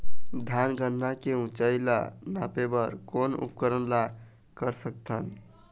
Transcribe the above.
धान गन्ना के ऊंचाई ला नापे बर कोन उपकरण ला कर सकथन?